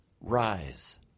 rise